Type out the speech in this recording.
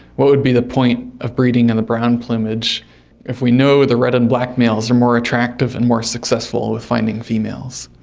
what would be the point of breeding in the brown plumage if we know the red and black males are more attractive and more successful with finding females?